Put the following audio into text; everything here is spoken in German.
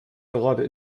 gerade